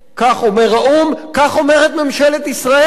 כך אומר האו"ם, כך אומרת ממשלת ישראל.